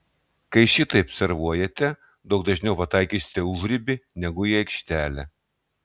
kai šitaip servuojate daug dažniau pataikysite į užribį negu į aikštelę